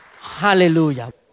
Hallelujah